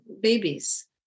babies